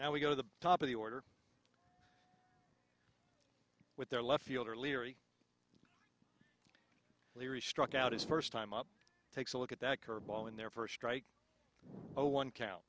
now we go to the top of the order with their left fielder leary cleary struck out his first time up takes a look at that curve ball in their first strike oh one c